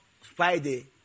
Friday